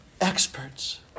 experts